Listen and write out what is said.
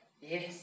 yes